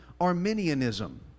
Arminianism